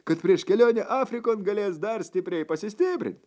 kad prieš kelionę afrikon galės dar stipriai pasistiprint